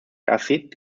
acid